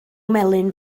melyn